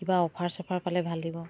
কিবা অফাৰ চফাৰ পালে ভাল লাগিব